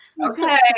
Okay